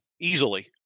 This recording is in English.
easily